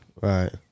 Right